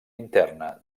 interna